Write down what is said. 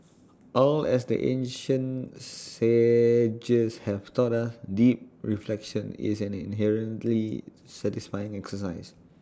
all as the ancient sages have taught us deep reflection is an inherently satisfying exercise